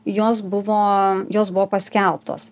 jos buvo jos buvo paskelbtos